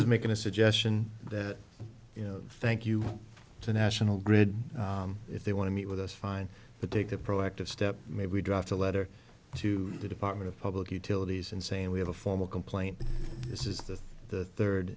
was making a suggestion that you know thank you to national grid if they want to meet with us fine but take a proactive step maybe draft a letter to the department of public utilities and saying we have a formal complaint this is the third